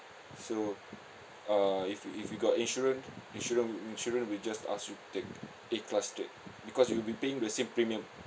so uh if you if you got insurance insurance insurance will just ask you to take A class straight because you will be paying the same premium